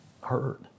hurt